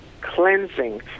cleansing